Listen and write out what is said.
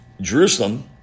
Jerusalem